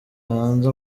hanze